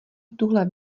tuhle